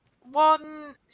One